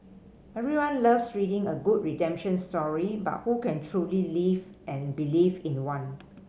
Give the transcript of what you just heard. everyone loves reading a good redemption story but who can truly live and believe in one